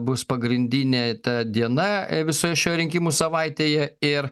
bus pagrindinė ta diena visoje šioj rinkimų savaitėje ir